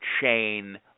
chain